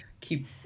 keep